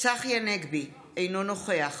צחי הנגבי, אינו נוכח